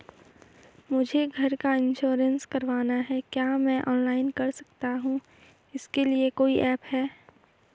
मुझे घर का इन्श्योरेंस करवाना है क्या मैं ऑनलाइन कर सकता हूँ इसके लिए कोई ऐप है?